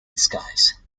disguise